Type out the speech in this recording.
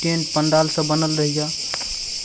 tent पण्डालसब बनल रहैए